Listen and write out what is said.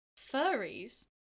Furries